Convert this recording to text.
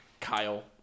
Kyle